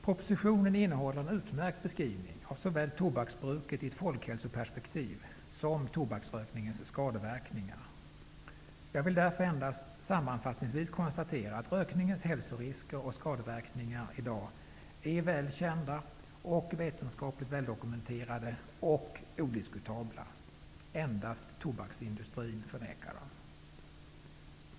Propositionen innehåller en utmärkt beskrivning av såväl tobaksbruket i ett folkhälsoperspektiv som tobaksrökningens skadeverkningar. Jag vill därför endast sammanfattningsvis konstatera att rökningens hälsorisker och skadeverkningar i dag är välkända och vetenskapligt väldokumenterade -- och även odiskutabla! Endast tobaksindustrin förnekar dem.